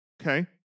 Okay